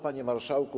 Panie Marszałku!